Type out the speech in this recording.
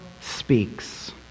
speaks